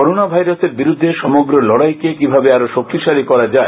corona ভাইরাসের বিরুদ্ধে সমগ্র লডাইকে কিভাবে আরো শক্তিশালী করা যায়